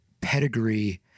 pedigree